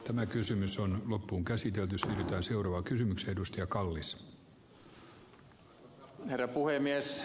tämä kysymys on loppuunkäsitelty siuruakysymyksiä dust herra puhemies